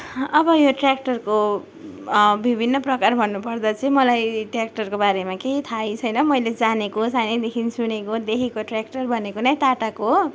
अब यो ट्र्याक्टरको विभिन्न प्रकार भन्नु पर्दा चाहिँ मलाई ट्र्याक्टरको बारेमा केही थाहै छैन मैले जानेको सानैदेखि सुनेको देखेको ट्र्याक्टर भनेको नै टाटाको हो